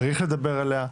צריך לדבר עליה,